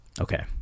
Okay